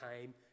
time